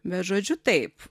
bet žodžiu taip